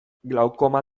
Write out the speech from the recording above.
glaukoma